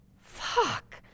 Fuck